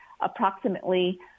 approximately